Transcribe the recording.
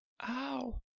Ow